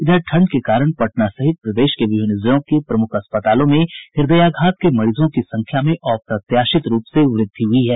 इधर ठंड के कारण पटना सहित प्रदेश के विभिन्न जिलों के प्रमुख अस्पतालों में हृदयाघात के मरीजों की संख्या में अप्रत्याशित रूप से वृद्धि हुई है